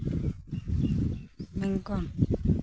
Bangkok